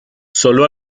sólo